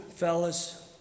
fellas